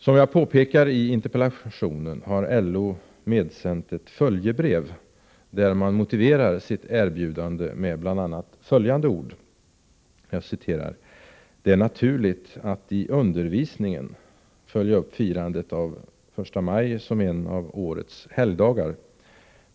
!” Som jag påpekar i interpellationen, har LO medsänt ett följebrev där man motiverar sitt erbjudande med bl.a. följande ord: ”Det är naturligt att i undervisningen följa upp firandet av 1 maj som en av årets helgdagar.